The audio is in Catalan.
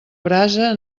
brasa